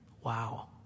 Wow